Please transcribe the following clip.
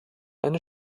eine